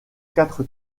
quatre